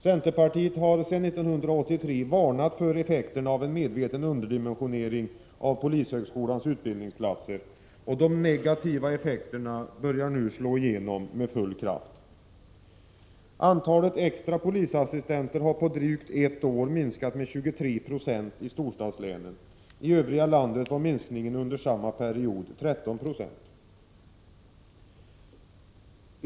Centerpartiet har sedan 1983 varnat för effekterna av en medveten underdimensionering av polishögskolans utbildningsplatser. De negativa effekterna slår nu igenom med full kraft. Antalet extra polisassistenter har på drygt ett år minskat med 23 90 i storstadslänen. I den övriga delen av landet var minskningen under samma period 13 I.